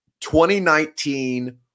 2019